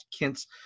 Kint's